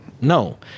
No